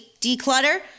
declutter